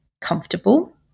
comfortable